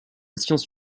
science